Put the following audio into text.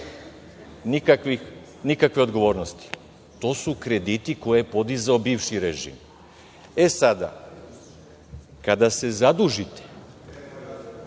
nikakve odgovornosti. To su krediti koje je podizao bivši režim. Kada se zadužite